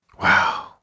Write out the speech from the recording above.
Wow